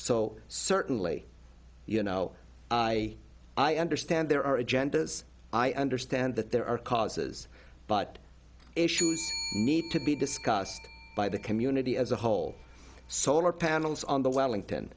so certainly you know i i understand there are agendas i understand that there are causes but issues need to be discussed by the community as a whole solar panels on the wellington